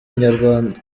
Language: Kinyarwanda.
inyarwanda